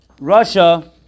Russia